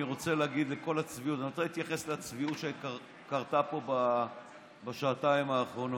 אני רוצה להתייחס לצביעות שקרתה פה בשעתיים האחרונות.